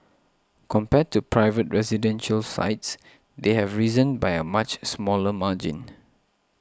compared to private residential sites they have risen by a much smaller margin